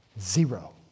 Zero